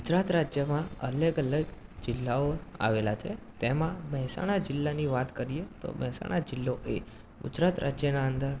ગુજરાત રાજ્યમાં અલગ અલગ જિલ્લાઓ આવેલા છે તેમાં મહેસાણા જિલ્લાની વાત કરીએ તો મહેસાણા જિલ્લો એ ગુજરાત રાજ્યના અંદર